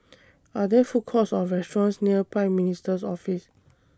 Are There Food Courts Or restaurants near Prime Minister's Office